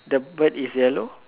the bird is yellow